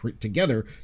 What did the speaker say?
together